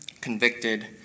convicted